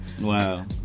Wow